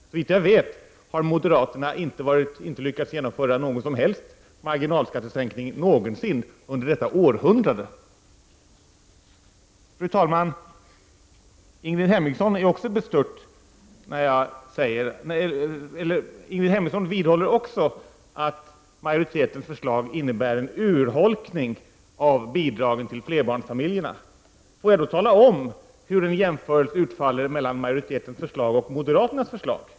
Såvitt jag vet har moderaterna inte lyckats genomföra någon som helst marginalskattesänkning någonsin under detta århundrade. Fru talman! Ingrid Hemmingsson vidhåller att majoritetens förslag innebär en urholkning av bidragen till flerbarnsfamiljerna. Får jag då tala om hur en jämförelse utfaller mellan majoritetens förslag och moderaternas förslag.